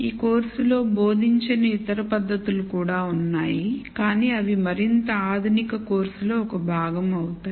ఈ కోర్సులో బోధించని ఇతర పద్ధతులు కూడా ఉన్నాయి కానీ అవి మరింత ఆధునిక కోర్సులో ఒక భాగం అవుతాయి